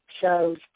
shows